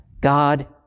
God